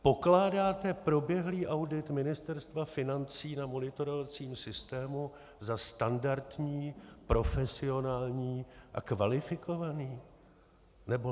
Pokládáte proběhlý audit Ministerstva financí na monitorovacím systému za standardní, profesionální a kvalifikovaný, nebo ne?